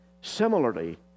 Similarly